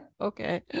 Okay